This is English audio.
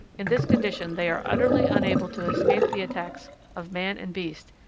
in this condition they are utterly unable to escape the attacks of man and beast,